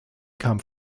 kam